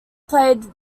played